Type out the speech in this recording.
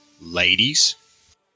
ladies